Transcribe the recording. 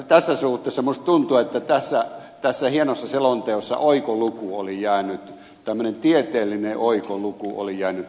tässä suhteessa minusta tuntuu että tässä hienossa selonteossa tieteellinen oikoluku oli jäänyt vähän kevyeksi